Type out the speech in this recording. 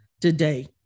today